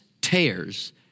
tears